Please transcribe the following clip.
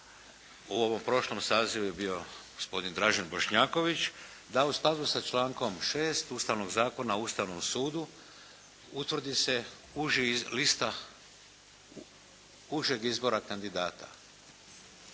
U ovom prošlom sazivu je bio gospodin Dražen Bošnjaković, da u skladu sa člankom 6. Ustavnog zakona o Ustavnom sudu utvrdi se uža lista užeg izbora kandidata.